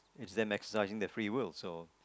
it's them exercising their free will so